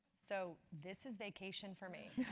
so this is vacation for me.